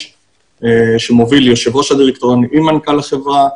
שמוביל יושב-ראש הדירקטוריון עם מנכ"ל החברה.